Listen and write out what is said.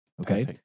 Okay